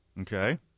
Okay